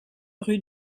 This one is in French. rue